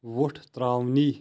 وۄٹھ ترٛاوٕنی